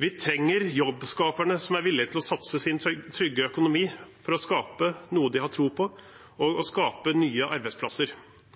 Vi trenger jobbskaperne som er villige til å satse sin trygge økonomi for å skape noe de har tro på, og skape nye arbeidsplasser.